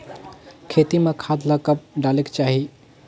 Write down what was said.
खेती म खाद ला कब डालेक चाही?